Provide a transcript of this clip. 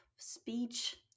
speech